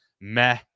Meh